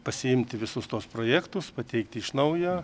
pasiimti visus tuos projektus pateikti iš naujo